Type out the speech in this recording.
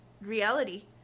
reality